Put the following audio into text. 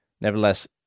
nevertheless